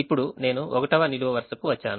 ఇప్పుడు నేను 1వ నిలువు వరుసకు వచ్చాను